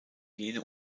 jene